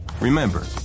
Remember